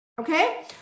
okay